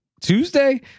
Tuesday